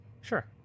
Sure